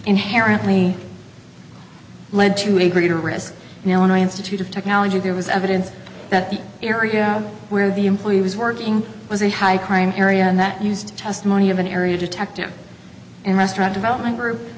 inherently led to a greater risk now when i institute of technology there was evidence that the area where the employee was working was a high crime area and that used testimony of an area detective and restaurant development group